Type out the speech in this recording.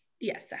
Yes